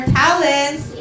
talents